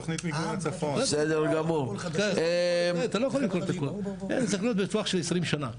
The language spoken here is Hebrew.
זה צריך להיות בטווח של 20 שנים.